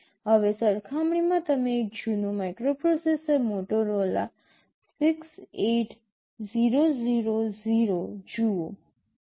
હવે સરખામણીમાં તમે એક જૂનો માઇક્રોપ્રોસેસર્સ મોટોરોલા ૬૮000 જુઓ છો